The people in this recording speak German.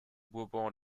bourbon